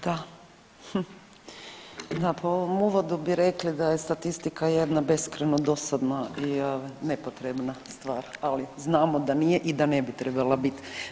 Da, po ovom uvodu bi rekli da je statistika jedna beskrajno dosadna i nepotrebna stvar, ali znamo da nije i da ne bi trebala bit.